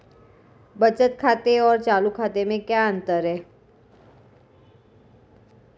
बचत खाते और चालू खाते में क्या अंतर है?